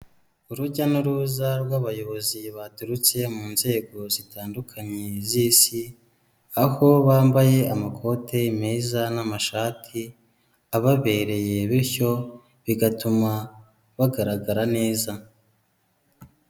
Urujya n'uruza rw'abayobozi baturutse mu nzego zitandukanye z'isi, aho bambaye amakote meza n'amashati ababereye bityo bigatuma bagaragara neza.